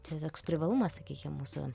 čia toks privalumas sakykim mūsų